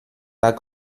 pas